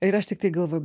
ir aš tiktai galvoju